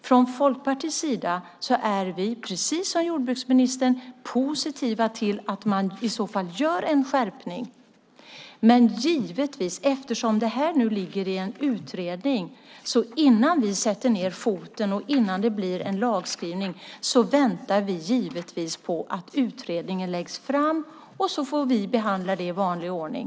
Från Folkpartiets sida är vi, precis som jordbruksministern, positiva till att man i så fall gör en skärpning. Det här ligger nu i en utredning, och innan vi sätter ned foten och det blir en lagstiftning väntar vi givetvis på att utredningen läggs fram och får sedan behandla det i vanlig ordning.